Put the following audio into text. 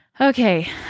Okay